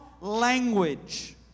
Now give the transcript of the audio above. language